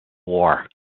war